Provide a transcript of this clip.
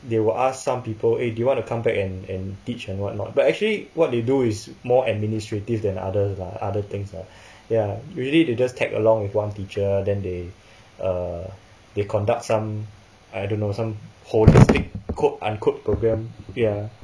they will ask some people eh do you want to come back and and teach and what not but actually what they do is more administrative than others lah other things ah ya usually they just tag along with one teacher then they err they conduct some I don't know some holistic quote unquote programme ya